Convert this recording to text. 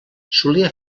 solia